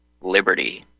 Liberty